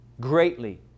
greatly